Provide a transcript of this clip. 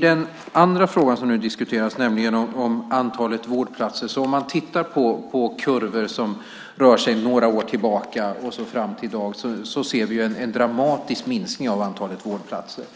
Den andra fråga som nu diskuteras gäller antalet vårdplatser. Om vi tittar på kurvor från några år bakåt i tiden och fram till i dag ser vi en dramatisk minskning av antalet vårdplatser.